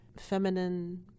feminine